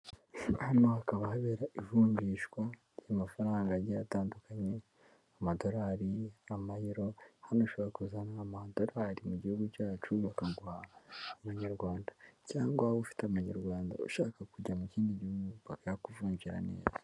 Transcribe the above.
Hano hakaba habera ivunjishwa ry'amafaranga agiye atandukanye, amadolari, amayero, hano ushobora kuzana amadolari mu gihugu cyacu bakaguha amanyarwanda, cyangwa waba ufite amanyarwanda ushaka kujya mu kindi gihugu bakayakuvunjira neza.